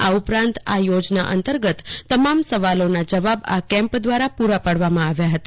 આ ઉપરાંત આ યોજના અંતર્ગત તમામ સવાલોના જવાબ આ કેમ્પ દ્વારા પુરા પાડવામાં આવ્યા હતા